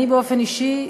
אני באופן אישי,